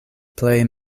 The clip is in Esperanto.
plej